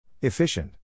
Efficient